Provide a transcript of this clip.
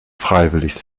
freiwillig